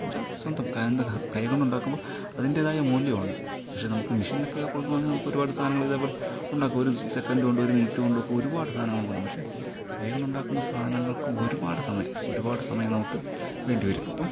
എന്ന് വെച്ചാൽ സ്വന്തം ഹാൻഡ് വർക് കൈകൊണ്ട് ഉണ്ടാക്കുമ്പോൾ അതിൻ്റെതായ മൂല്യമുണ്ട് പക്ഷേ നമുക്ക് മെഷീനിലോക്കെ കൊടുക്കുകയാണെങ്കിൽ നമുക്കൊരു ഒരുപാട് സാധനങ്ങൾ ഇതേപോലെ ഉണ്ടാക്കാം ഒരു സെക്കൻഡ് കൊണ്ടോ ഒരു മിനിറ്റുകൊണ്ടോ ഒക്കെ ഒരുപാട് സാധനങ്ങൾ ഉണ്ടാക്കാം പക്ഷേ കൈ കൊണ്ട് ഉണ്ടാക്കുന്ന സാധനങ്ങൾക്ക് ഒരുപാട് സമയം ഒരു പാട് സമയം നമുക്ക് വേണ്ടിവരും അപ്പം